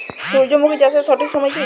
সূর্যমুখী চাষের সঠিক সময় কি?